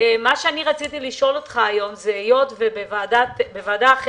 מה שאני רציתי לשאול אותך היום זה היות שבוועדה אחרת,